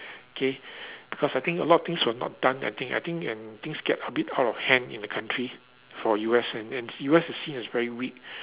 K because I think a lot of things were not done I think I think and things get a bit out of hand in the country for U_S and and U_S is seen as very weak